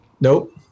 Nope